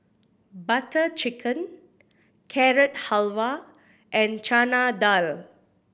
Butter Chicken Carrot Halwa and Chana Dal